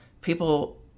people